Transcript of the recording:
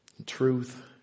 Truth